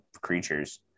creatures